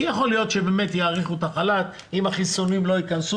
כי יש אפשרות שיאריכו את החל"ת אם החיסונים לא יגיעו,